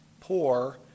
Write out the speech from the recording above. poor